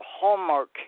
hallmark